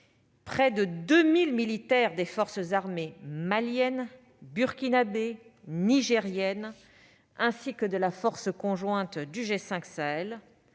près de 2 000 militaires des forces armées maliennes, burkinabées et nigériennes, ainsi que de la force conjointe du G5 Sahel,